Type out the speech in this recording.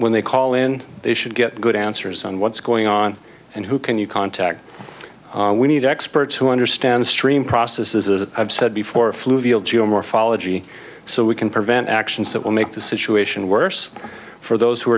when they call in they should get good answers on what's going on and who can you contact we need experts who understand stream process is a said before flu wiil geomorphology so we can prevent actions that will make the situation worse for those who